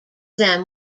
them